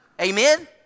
Amen